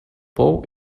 pou